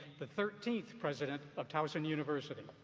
the thirteenth president of towson university.